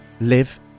live